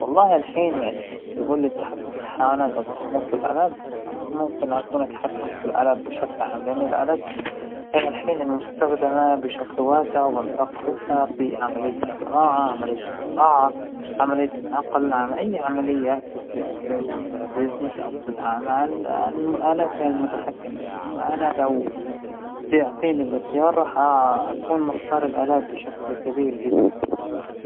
ما جت فكرت بهاى القصة من قبل، لكن أعتقد إن التحكم بالحيوانات هذى قدرة غريبة، وا- وراح أرشحها لنفسى، اا لكن التحكم بالألات أصلا أحنا ال الانسان عموماً، نحن البشر بنتحكم بالألات يعنى، ما فى شى جديد أحنا نتحكم فيها، لكن الحيوانات هاى اللى جديدة.